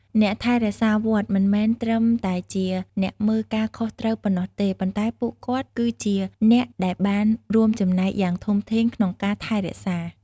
អ្នកថែរក្សាវត្តមិនមែនត្រឹមតែជាអ្នកមើលការខុសត្រូវប៉ុណ្ណោះទេ ប៉ុន្តែពួកគាត់គឺជាអ្នកដែលបានរួមចំណែកយ៉ាងធំធេងក្នុងការថែរក្សា។